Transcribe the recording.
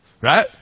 Right